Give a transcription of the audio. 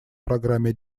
программе